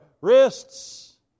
wrists